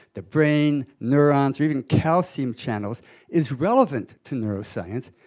the brain, neurons, or even calcium channels is relevant to neuroscience,